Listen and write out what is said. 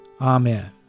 Amen